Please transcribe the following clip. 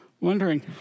wondering